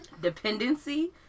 Dependency